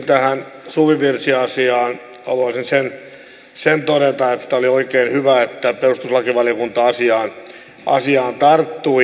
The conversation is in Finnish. tähän suvivirsiasiaan haluaisin sen myöskin todeta että oli oikein hyvä että perustuslakivaliokunta asiaan tarttui